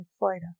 later